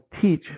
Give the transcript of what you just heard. teach